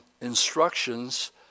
instructions